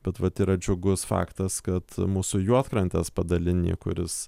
bet vat yra džiugus faktas kad mūsų juodkrantės padaliny kuris